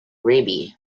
rabe